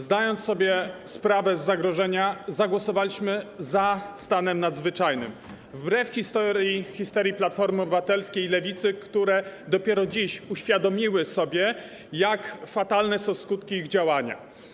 Zdając sobie sprawę z zagrożenia, zagłosowaliśmy za stanem nadzwyczajnym wbrew histerii Platformy Obywatelskiej i Lewicy, które dopiero dziś uświadomiły sobie, jak fatalne są skutki ich działania.